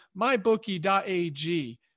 mybookie.ag